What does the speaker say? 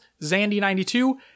Zandy92